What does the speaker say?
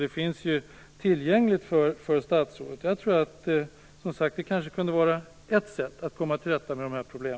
Det finns alltså tillgängligt för statsrådet. Det kanske kunde vara ett sätt att komma till rätta med dessa problem.